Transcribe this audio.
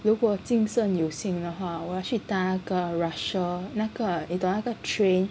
如果的话我要去搭那个 Russia 那个你懂那个 train